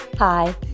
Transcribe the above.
Hi